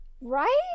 Right